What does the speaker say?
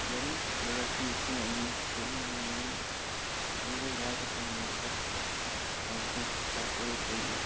گۄڈنیُک پروڈَکٹ یُس مےٚ اوٚنمُت چھُ آنلاین تَنہٕ گوٚو واریاہ ٹایم لگ بگ آز برونٛٹھ سَتھ ٲٹھ ؤری